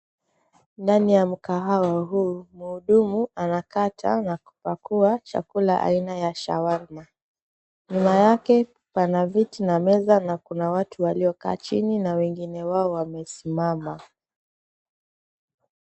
Ndani ya mkahawa huu, mhudumu anakata na kupakua chakula aina ya shawarma. Nyuma yake pana viti na meza na kuna watu waliokaa chini na wengine wao wamesimama.